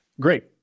Great